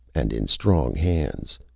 and in strong hands.